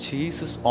Jesus